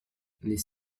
les